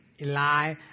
Eli